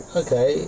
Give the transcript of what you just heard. okay